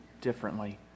differently